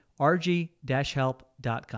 rg-help.com